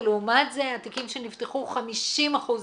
לעומת זאת, התיקים שנפתחו 50% נפתחו,